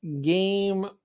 game